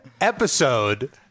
episode